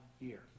year